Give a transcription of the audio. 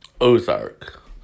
Ozark